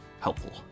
helpful